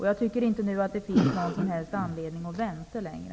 Jag tycker inte att det finns någon som helst anledning att vänta längre.